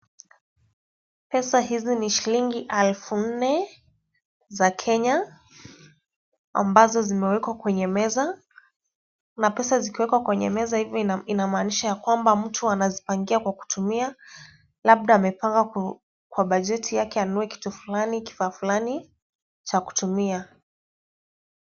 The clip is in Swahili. Pesa hizi ni shilingi alfu nne za Kenya, ambazo zimewekwa kwenye meza na pesa zikiwekwa kwenye meza inamaanisha ya kwamba mtu anazipangia kwa kutumia, labda amepanga kwa bajeti yake anunue kitu fulani, kifaa fulani cha kutumia.